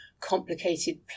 complicated